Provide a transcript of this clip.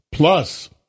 Plus